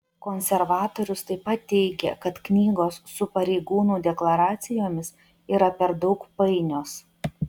konservatorius taip pat teigė kad knygos su pareigūnų deklaracijomis yra per daug painios